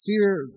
fear